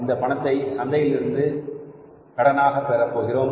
இந்த பணத்தை சந்தையிலிருந்து கடனாக பெறப்போகிறோம்